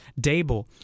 Dable